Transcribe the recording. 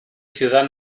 ciudad